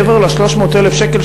מעבר ל-300,000 שקל,